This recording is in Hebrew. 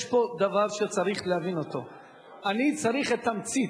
יש פה דבר שצריך להבין, אני צריך את התמצית,